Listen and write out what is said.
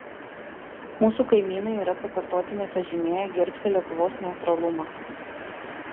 mūsų kaimynai yra pakartotinai pažymėję gerbsią lietuvos neutralumą